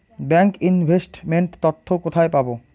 Bank investment তথ্য কোথায় পাব?